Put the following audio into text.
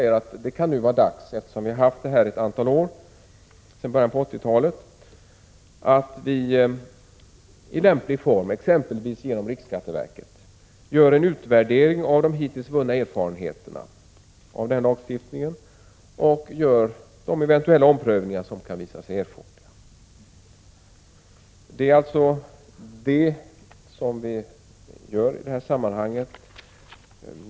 Eftersom vi har haft den här lagstiftningen sedan i början av 80-talet, säger vi att det nu kan vara dags att i lämplig form, exempelvis genom riksskatteverket, göra en utvärdering av de hittills vunna erfarenheterna och göra de eventuella omprövningar som kan visa sig erforderliga.